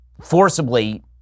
forcibly